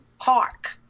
park